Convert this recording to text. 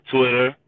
Twitter